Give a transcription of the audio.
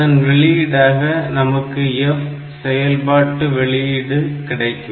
அதன் வெளியீடாக நமக்கு F செயல்பாட்டு வெளியீடு கிடைக்கும்